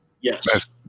Yes